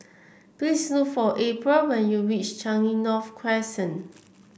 please look for April when you reach Changi North Crescent